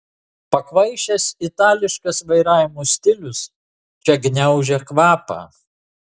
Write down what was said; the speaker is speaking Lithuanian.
pakvaišęs itališkas vairavimo stilius čia gniaužia kvapą